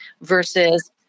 versus